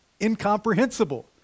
incomprehensible